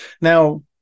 Now